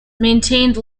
maintained